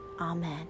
Amen